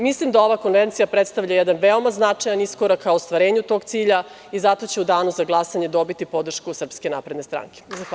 Mislim da ova konvencija predstavlja jedan veoma značajan iskorak ka ostvarenju tog cilja i zato će u danu za glasanje dobiti podršku Srpske napredne stranke.